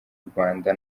rwanda